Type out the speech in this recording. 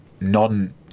non